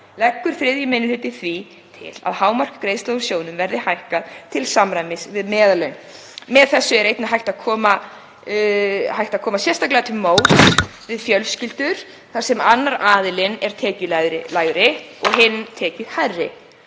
Leggur 3. minni hluti því til að hámark greiðslna úr sjóðnum verði hækkað til samræmis við meðallaun. Með þessu er einnig hægt að koma sérstaklega til móts við fjölskyldur þar sem annar aðilinn er tekjulægri og hinn tekjuhærri